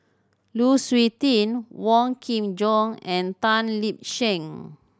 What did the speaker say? Lu Suitin Wong Kin Jong and Tan Lip Seng